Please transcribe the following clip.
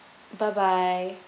bye bye